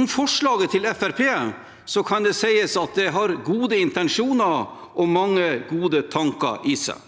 Om forslaget til Fremskrittspartiet kan det sies at det har gode intensjoner og mange gode tanker i seg,